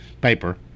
paper